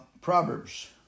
Proverbs